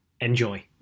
Enjoy